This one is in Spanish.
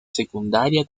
secundaria